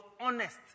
honest